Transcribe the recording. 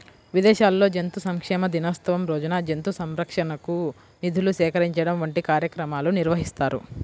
విదేశాల్లో జంతు సంక్షేమ దినోత్సవం రోజున జంతు సంరక్షణకు నిధులు సేకరించడం వంటి కార్యక్రమాలు నిర్వహిస్తారు